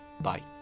Bye